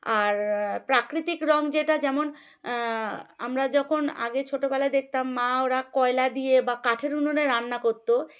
আর প্রাকৃতিক রঙ যেটা যেমন আমরা যখন আগে ছোটোবেলায় দেখতাম মা ওরা কয়লা দিয়ে বা কাঠের উনুনে রান্না করতো